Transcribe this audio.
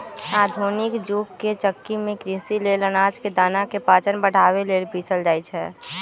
आधुनिक जुग के चक्की में कृषि लेल अनाज के दना के पाचन बढ़ाबे लेल पिसल जाई छै